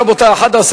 11,